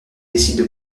décident